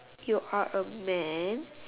you are a man